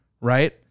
right